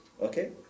Okay